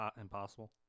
Impossible